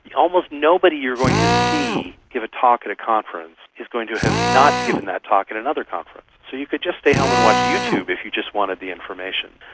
almost nobody you're going to see give a talk at a conference is going to have not given that talk at another conference. so you can just stay home and watch youtube if you just wanted the information.